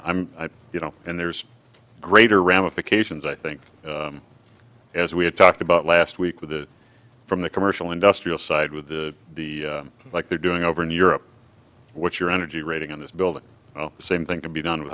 i'm you know and there's greater ramifications i think as we have talked about last week with the from the commercial industrial side with the like they're doing over in europe what's your energy rating on this building oh same thing to be done with